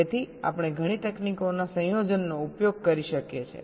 તેથી આપણે ઘણી તકનીકોના સંયોજનનો ઉપયોગ કરી શકીએ છીએ